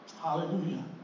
Hallelujah